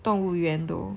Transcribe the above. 动物园 though